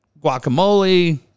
guacamole